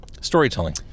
storytelling